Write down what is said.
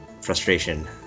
frustration